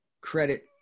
credit